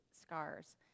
scars